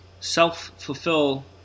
Self-fulfill